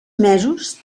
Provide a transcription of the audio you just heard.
mesos